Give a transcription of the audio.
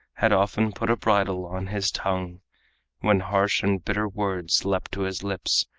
had often put a bridle on his tongue when harsh and bitter words leaped to his lips,